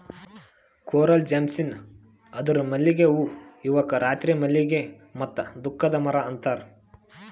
coral jasmine ಅಂದುರ್ ಮಲ್ಲಿಗೆ ಹೂವು ಇವುಕ್ ರಾತ್ರಿ ಮಲ್ಲಿಗೆ ಮತ್ತ ದುಃಖದ ಮರ ಅಂತಾರ್